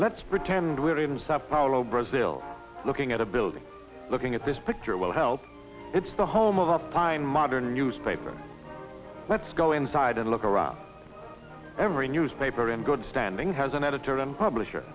sub paolo brazil looking at a building looking at this picture will help it's the home of a fine modern newspaper let's go inside and look around every newspaper in good standing has an editor and publisher